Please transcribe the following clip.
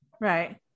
Right